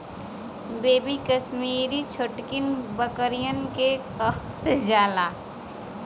baby Kashmiri छोटकिन बकरियन के कहल जाला